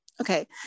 Okay